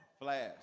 Flash